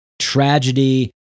tragedy